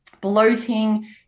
bloating